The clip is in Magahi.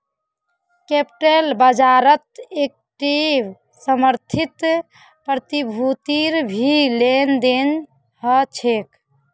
कैप्टल बाज़ारत इक्विटी समर्थित प्रतिभूतिर भी लेन देन ह छे